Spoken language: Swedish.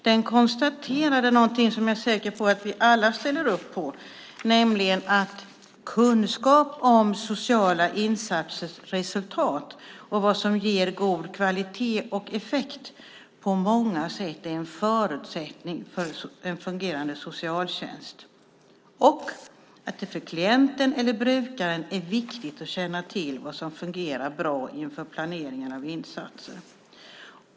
Den konstaterade någonting som jag är säker på att vi alla ställer upp på: "Kunskap om sociala insatsers resultat och vad som ger god kvalitet och avsedd effekt är på många sätt en förutsättning för en väl fungerande socialtjänst. För klienten/brukaren är det viktigt att känna till vad som fungerar bra inför planeringen av insatser."